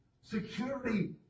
security